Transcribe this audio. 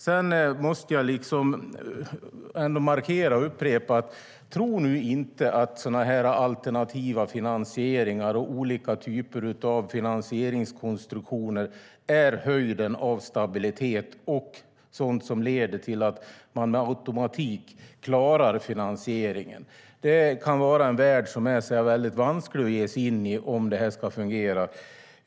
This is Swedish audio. Sedan måste jag markera och upprepa: Tro inte att alternativa finansieringar och olika typer av finansieringskonstruktioner är höjden av stabilitet och leder till att man med automatik klarar finansieringen. Det kan vara en värld som är vansklig att ge sig in i, om detta ska fungera.